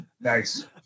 nice